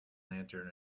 lantern